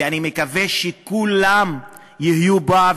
ואני מקווה שכולם יהיו בה,